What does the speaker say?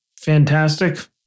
fantastic